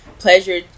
Pleasure